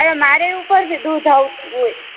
અરે મારેય ઉપરથી દૂધ આવતું હોય